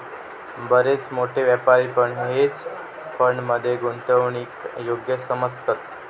बरेच मोठे व्यापारी पण हेज फंड मध्ये गुंतवणूकीक योग्य समजतत